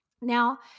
Now